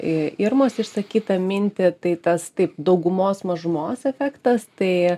į irmos išsakytą mintį tai tas taip daugumos mažumos efektas tai